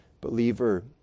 believer